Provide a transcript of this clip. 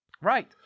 Right